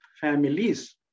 families